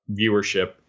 viewership